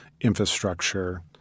infrastructure